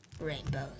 rainbows